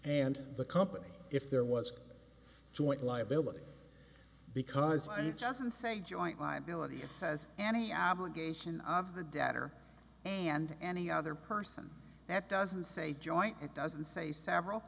and the company if there was a joint liability because i knew justin say joint liability it says any obligation of the debtor and any other person that doesn't say joint it doesn't say several